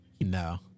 no